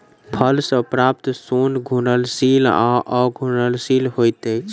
फल सॅ प्राप्त सोन घुलनशील वा अघुलनशील होइत अछि